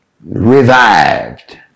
revived